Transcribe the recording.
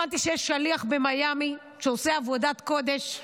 הבנתי שיש שליח במיאמי שעושה עבודת קודש,